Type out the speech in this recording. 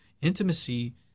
intimacy